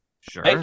sure